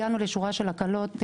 הגענו לשורת הקלות להגעתם.